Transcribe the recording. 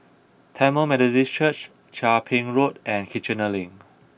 Tamil Methodist Church Chia Ping Road and Kiichener Link